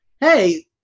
hey